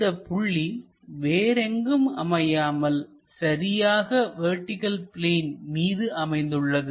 இந்தப் புள்ளி வேறெங்கும் அமையாமல் சரியாக வெர்டிகள் பிளேன் மீது அமைந்துள்ளது